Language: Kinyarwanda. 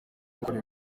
gukora